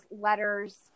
letters